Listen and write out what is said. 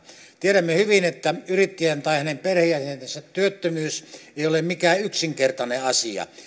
tiedämme hyvin että yrittäjän tai hänen perheenjäsenensä työttömyys ei ole mikään yksinkertainen asia